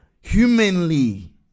humanly